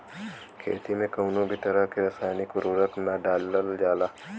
खेती में कउनो भी तरह के रासायनिक उर्वरक के ना डालल जाला